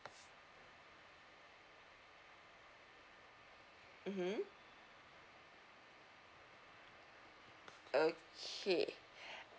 mmhmm okay